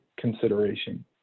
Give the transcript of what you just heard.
consideration